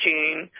June